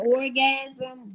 orgasm